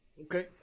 Okay